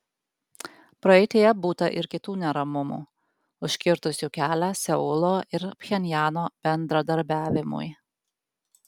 praeityje būta ir kitų neramumų užkirtusių kelią seulo ir pchenjano bendradarbiavimui